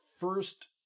first